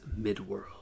Midworld